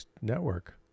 network